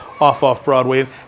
off-off-Broadway